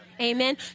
Amen